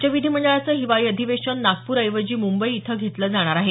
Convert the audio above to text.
राज्य विधिमंडळाचं हिवाळी अधिवेशन नागपूरऐवजी मुंबई इथं घेतलं जाणार आहे